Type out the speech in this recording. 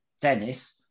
Dennis